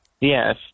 Yes